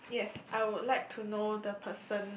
yes I would like to know the person